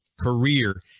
career